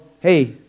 hey